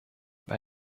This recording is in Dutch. bij